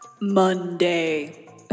Monday